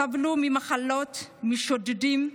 הם סבלו ממחלות, משודדים,